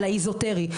על האזוטרי,